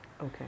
Okay